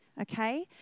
okay